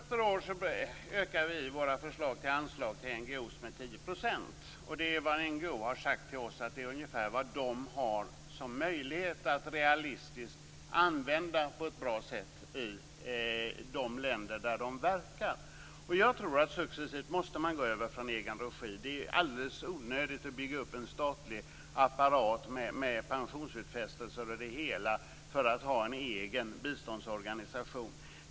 Fru talman! År efter år ökar vi våra förslag till anslag till NGO:er med 10 %. Det är ungefär vad NGO:erna har sagt till oss att man har en realistisk möjlighet att använda på ett bra sätt i de länder där man verkar. Jag tror att man successivt måste gå över från egen regi. Det är alldeles onödigt att bygga upp en statlig apparat med pensionsutfästelser för att ha en egen biståndsorganisation.